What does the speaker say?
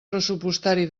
pressupostari